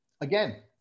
again